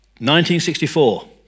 1964